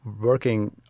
working